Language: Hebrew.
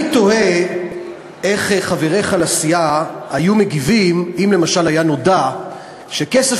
אני תוהה איך חבריך לסיעה היו מגיבים אם למשל היה נודע שכסף